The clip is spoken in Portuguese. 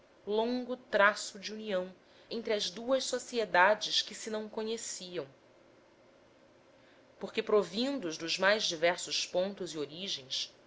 longo traço de união entre as duas sociedades que se não conheciam porque provindos dos mais diversos pontos e origens